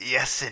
Yes